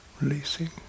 releasing